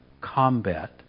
combat